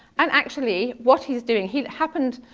and actually what he's doing, he happened,